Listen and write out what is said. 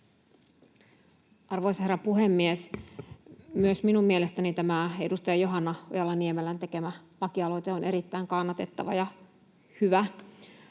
Arvoisa herra puhemies! Myös minun mielestäni tämä edustaja Johanna Ojala-Niemelän tekemä lakialoite on erittäin kannatettava ja hyvä.